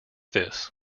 this